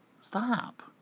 Stop